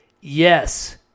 Yes